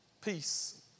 peace